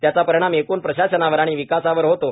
त्याचा परिणाम एकूण प्रशासनावर आणि विकासावर होतो